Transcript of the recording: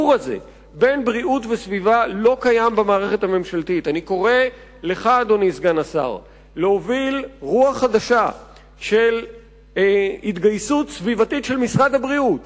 אני אומר את זה בצער, גם אם במשרד הבריאות